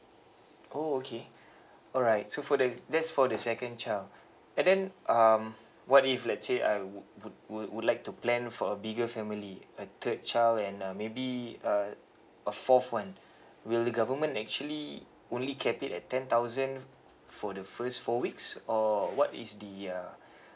oh okay alright so for the that's for the second child and then um what if let's say I wo~ would would like to plan for a bigger family a third child and uh maybe uh a fourth [one] will the government actually only cap it at ten thousand for the first four weeks or what is the uh